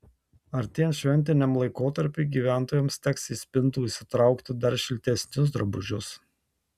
artėjant šventiniam laikotarpiui gyventojams teks iš spintų išsitraukti dar šiltesnius drabužius